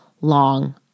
long